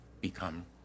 become